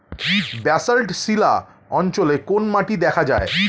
Basalt শিলা অঞ্চলে কোন মাটি দেখা যায়?